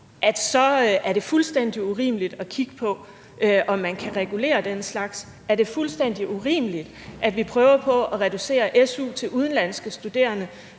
så er fuldstændig urimeligt at kigge på, om man kan regulere den slags? Er det fuldstændig urimeligt, at vi prøver på at reducere su til udenlandske studerende,